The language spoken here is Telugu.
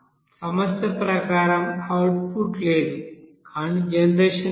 సమస్య ప్రకారం అవుట్పుట్ లేదు కానీ జనరేషన్ ఉంది